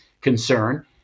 concern